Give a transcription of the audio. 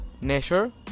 nature